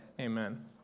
amen